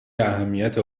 اهمیت